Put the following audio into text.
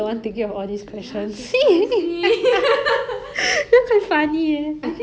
I think right 他们 listen to 我们的对话也是有一种 entertainment orh